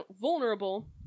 vulnerable